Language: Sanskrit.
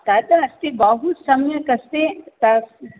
तत् अस्ति बहुसम्यक् अस्ति त